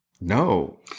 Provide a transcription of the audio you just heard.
No